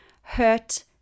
hurt